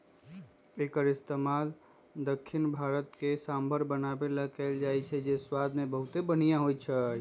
एक्कर इस्तेमाल दख्खिन भारत में सांभर बनावे ला कएल जाई छई जे स्वाद मे बहुते बनिहा होई छई